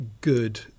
good